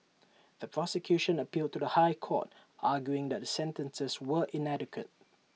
the prosecution appealed to the High Court arguing that the sentences were inadequate